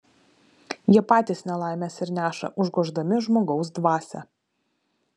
jie patys nelaimes ir neša užgoždami žmogaus dvasią